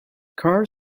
car